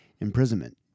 imprisonment